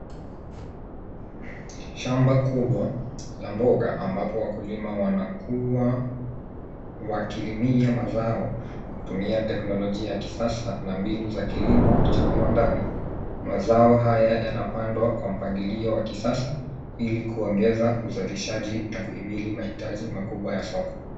Shamba kubwa la mboga ambapo wakulima wanakuwa wakilimia mazao kwa kutumia teknolojia ya kisasa na mbinu za kilimo cha viwandani. Mazao haya yanapandwa kwa mpangilio wa kisasa ili kuongeza uzalishaji na kuimili mahitaji makubwa ya soko.